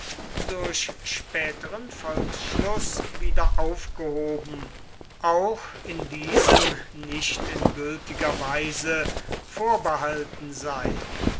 durch späteren volksschluß wieder aufgehoben auch in diesem nicht in gültiger weise vorbehalten sei